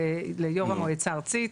ליו"ר המועצה הארצית.